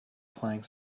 playing